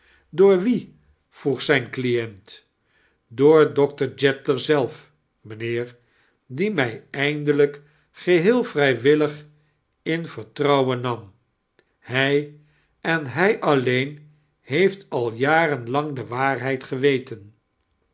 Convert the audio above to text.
dooir wien vroeg zijn client dooir doctor jeddler zelf mijnheer die mij edndeiijk ge'heel vrijwillig in vertrouwen nam hij en hij alleen heeft al jaren lang de waarheid